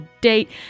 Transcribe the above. date